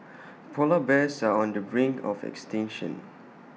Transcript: Polar Bears are on the brink of extinction